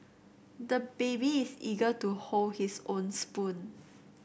the baby is eager to hold his own spoon